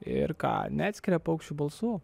ir ką neatskiria paukščių balsų